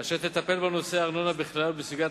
אשר תטפל בנושא הארנונה בכלל ובסוגיית